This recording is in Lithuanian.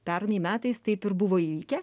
pernai metais taip ir buvo įvykę